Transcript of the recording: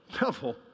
Devil